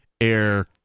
air